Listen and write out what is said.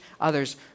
others